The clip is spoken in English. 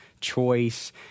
choice